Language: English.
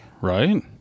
Right